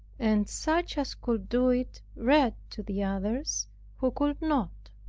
and such as could do it read to the others who could not.